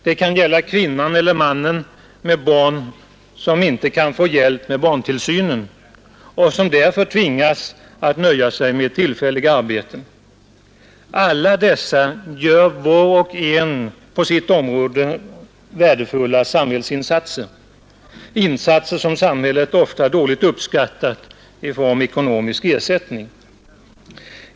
Det kan gälla kvinnan eller mannen med barn som inte kan få hjälp med barntillsynen och som därför tvingas att nöja sig med tillfälliga arbeten. Alla dessa gör, var och en på sitt område, värdefulla samhällsinsatser — insatser som samhället ofta dåligt uppskattat i form av ekonomisk ersättning.